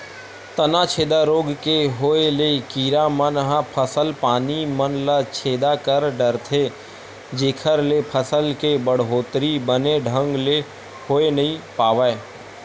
तनाछेदा रोग के होय ले कीरा मन ह फसल पानी मन ल छेदा कर डरथे जेखर ले फसल के बड़होत्तरी बने ढंग ले होय नइ पावय